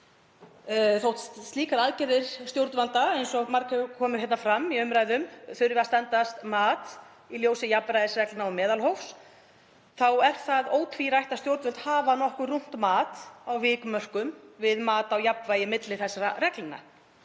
Þótt slíkar aðgerðir stjórnvalda, eins og margoft hefur komið fram hér í umræðum, þurfi að standast mat í ljósi jafnræðisreglna og meðalhófs er það ótvírætt að stjórnvöld hafa nokkuð rúmt mat á vikmörkum við mat á jafnvægi milli þessara reglna